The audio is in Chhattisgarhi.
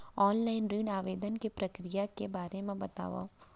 ऑनलाइन ऋण आवेदन के प्रक्रिया के बारे म बतावव?